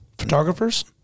photographers